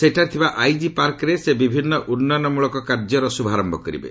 ସେଠାରେ ଥିବା ଆଇଜି ପାର୍କରେ ସେ ବିଭିନ୍ନ ଉନ୍ନୟନମଳକ କାର୍ଯ୍ୟର ଶୁଭାରମ୍ଭ କରିବେ